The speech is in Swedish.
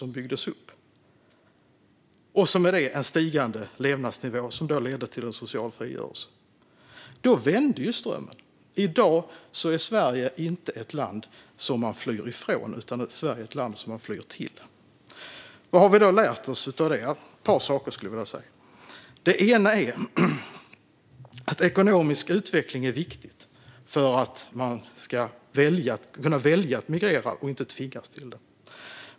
Med dem steg levnadsnivån, som ledde till social frigörelse. Då vände strömmen. I dag är Sverige inte ett land som man flyr från utan ett land som man flyr till. Vad har vi då lärt oss? Ett par saker, skulle jag vilja säga. En sak är att ekonomisk utveckling är viktig för att man ska kunna välja att migrera och inte tvingas till det.